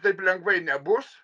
taip lengvai nebus